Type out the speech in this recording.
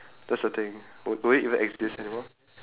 that's the thing would would it even exist anymore